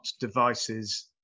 devices